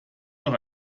noch